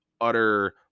utter